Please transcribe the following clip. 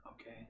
Okay